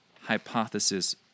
hypothesis